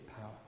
power